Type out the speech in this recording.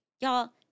Y'all